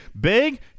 Big